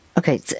Okay